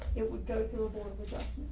it would go through a board with us.